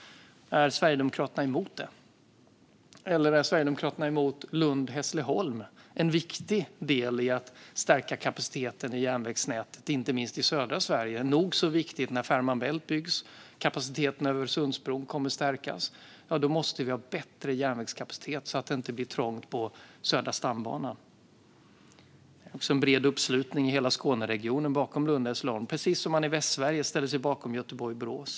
Är Sverigedemokraterna emot det? Eller är Sverigedemokraterna emot Lund-Hässleholm? Det är en viktig del i att stärka kapaciteten i järnvägsnätet, inte minst i södra Sverige. Det är nog så viktigt när Fehmarn Bält byggs. Kapaciteten över Öresundsbron kommer att stärkas, och då måste vi ha bättre järnvägskapacitet så att det inte blir trångt på Södra stambanan. Det finns en bred uppslutning i Skåne bakom Lund-Hässleholm, precis som man i Västsverige ställer sig bakom Göteborg-Borås.